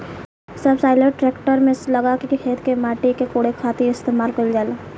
subsoiler tractor में लगा के खेत के माटी के कोड़े खातिर इस्तेमाल कईल जाला